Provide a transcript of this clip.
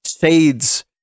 shades